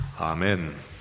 Amen